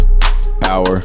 Power